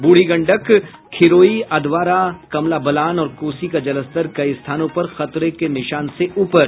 बूढ़ी गंडक खिरोई अधवारा कमला बलान और कोसी का जलस्तर कई स्थानों पर खतरे के निशान से ऊपर